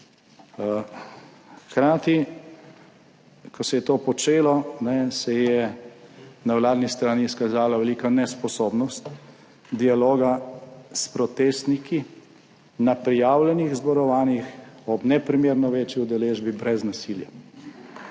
Hkrati, ko se je to počelo, se je na vladni strani izkazala velika nesposobnost dialoga s protestniki na prijavljenih zborovanjih ob neprimerno večji udeležbi brez nasilja.